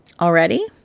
already